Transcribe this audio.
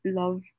love